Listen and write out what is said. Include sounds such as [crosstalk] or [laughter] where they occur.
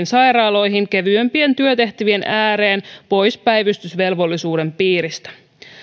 [unintelligible] sairaaloihin kevyempien työtehtävien ääreen pois päivystysvelvollisuuden piiristä